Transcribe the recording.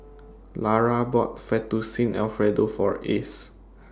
Lara bought Fettuccine Alfredo For Ace